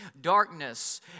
darkness